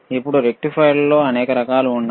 ఇప్పుడు రెక్టిఫైయర్లలో అనేక రకాలు ఉన్నాయి